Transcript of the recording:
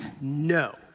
no